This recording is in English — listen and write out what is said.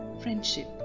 Friendship